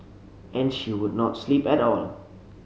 and she would not sleep at all